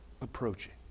approaching